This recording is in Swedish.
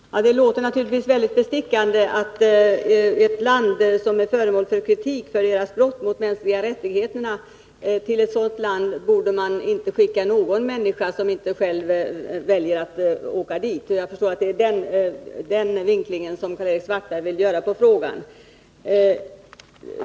Herr talman! Det låter naturligtvis mycket bestickande att man inte till ett land som är föremål för kritik för brott mot de mänskliga rättigheterna borde skicka någon människa som inte själv väljer att åka dit. Jag förstår att det är den vinklingen Karl-Erik Svartberg vill ge frågan.